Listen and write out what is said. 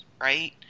right